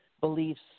beliefs